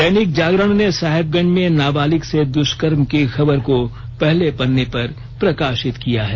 दैनिक जागरण ने साहेबगंज में नाबालिग से दुष्कर्म की खबर को पहले पन्ने पर प्रकाशित किया है